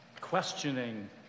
questioning